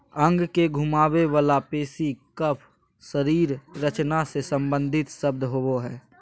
अंग के घुमावे वला पेशी कफ शरीर रचना से सम्बंधित शब्द होबो हइ